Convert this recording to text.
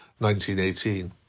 1918